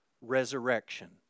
resurrection